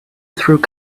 through